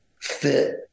fit